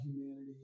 humanity